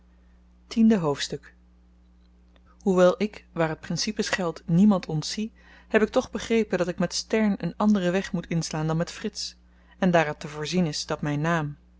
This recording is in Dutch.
tiende hoofdstuk hoewel ik waar t principes geldt niemand ontzie heb ik toch begrepen dat ik met stern een anderen weg moet inslaan dan met frits en daar het te voorzien is dat myn naam de